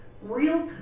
real